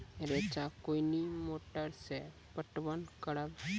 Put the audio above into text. रेचा कोनी मोटर सऽ पटवन करव?